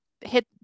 hit